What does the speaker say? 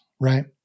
right